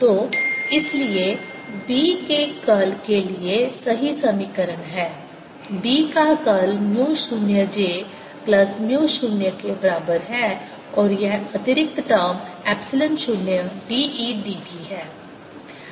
तो इसलिए B के कर्ल के लिए सही समीकरण है B का curl mu 0 j plus mu 0 के बराबर है और यह अतिरिक्त term epsilon 0 d e dt है